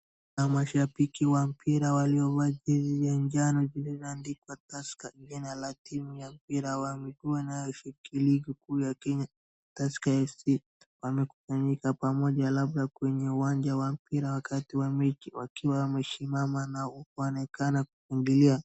Na mashabiki wa mpira waliovaa jersey ya njano iliyoandikwa Tusker jina la timu ya mpira wa mguu wanaoshiriki ligi kuu ya kenya Tusker FC wamekusanyika pamoja labda kwenye uwanja wa mpira wakati wa mechi wakiwa wamesimama na kuonekana kushangilia .